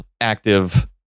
active